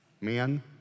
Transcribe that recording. Men